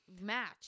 match